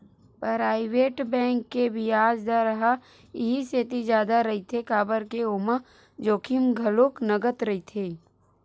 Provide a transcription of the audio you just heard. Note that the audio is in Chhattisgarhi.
पराइवेट बेंक के बियाज दर ह इहि सेती जादा रहिथे काबर के ओमा जोखिम घलो नँगत रहिथे